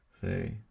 say